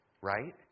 right